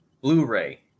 Blu-ray